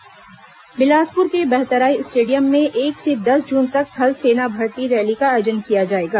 थल सेना भर्ती रैली बिलासपुर के बहतराई स्टेडियम में एक से दस जून तक थल सेना भर्ती रैली का आयोजन किया जाएगा